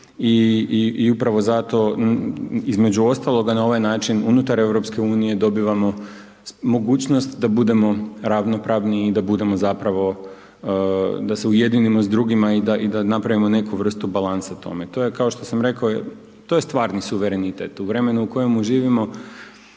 i upravo zato između ostaloga na ovaj način unutar EU dobivamo mogućnost da budemo ravnopravni i da budemo zapravo da se ujedinimo s drugima i da napravimo neku vrstu balansa tome. To je kao što sam rekao, to je stvarni suverenitet, u vremenu u kojemu živimo